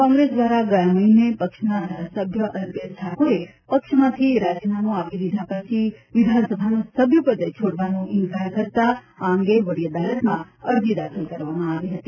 કોંગ્રેસ દ્વારા ગયા મહિને પક્ષના ધારાસભ્ય અલ્પેશ ઠાકોરે પક્ષમાંથી રાજીનામું આપી દીધા પછી વિધાનસભાનું સભ્યપદ છોડવાનો ઇન્કાર કરતાં આ અંગે વડી અદાલતમાં અરજી દાખલ કરવામાં આવી હતી